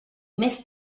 més